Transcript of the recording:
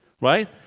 right